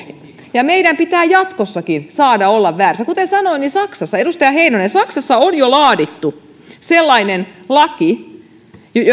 ja meidän pitää jatkossakin saada olla väärässä kuten sanoin saksassa edustaja heinonen on jo laadittu sellainen laki